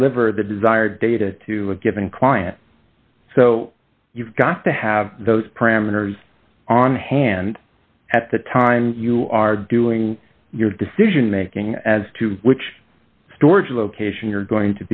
deliver the desired data to a given client so you've got to have those parameters on hand at the time you are doing your decision making as to which storage location you're going